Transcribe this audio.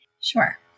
Sure